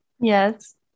Yes